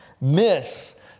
miss